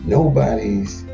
Nobody's